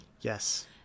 yes